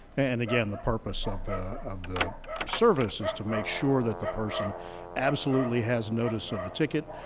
and again, the purpose of the of the service is to make sure that the person absolutely has notice of the ticket,